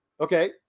Okay